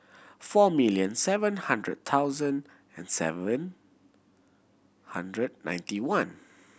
four million seven hundred thousand and seven hundred ninety one